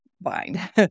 bind